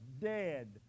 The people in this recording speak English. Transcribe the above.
dead